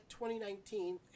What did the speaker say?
2019